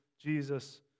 Jesus